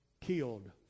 killed